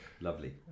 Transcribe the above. Lovely